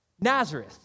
Nazareth